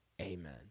Amen